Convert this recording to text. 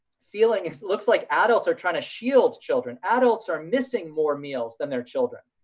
feeling is looks like adults are trying to shield children, adults are missing more meals than their children.